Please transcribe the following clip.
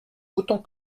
autant